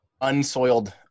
unsoiled